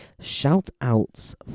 shout-outs